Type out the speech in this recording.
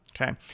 okay